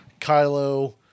Kylo